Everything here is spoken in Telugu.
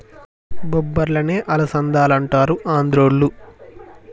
బొబ్బర్లనే అలసందలంటారు ఆంద్రోళ్ళు